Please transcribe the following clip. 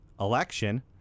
election